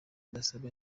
ndasaba